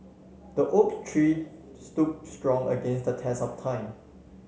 the oak tree stood strong against the test of time